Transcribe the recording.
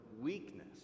weakness